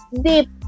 deep